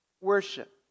worship